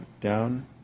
down